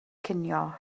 cinio